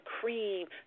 cream